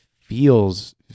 feels